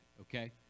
Okay